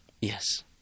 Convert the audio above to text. Yes